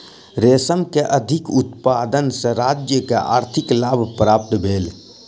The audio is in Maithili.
रेशम के अधिक उत्पादन सॅ राज्य के आर्थिक लाभ प्राप्त भेल